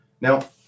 Now